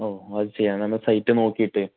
ഓ അത് ചെയ്യാം നമ്മൾ സൈറ്റ് നോക്കിയിട്ട്